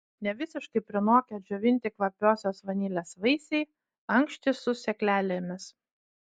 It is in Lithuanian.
nevisiškai prinokę džiovinti kvapiosios vanilės vaisiai ankštys su sėklelėmis